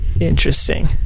interesting